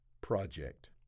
project